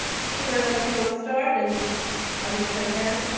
takiema, i don't know if you want to start and others jump in.